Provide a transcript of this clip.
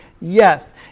yes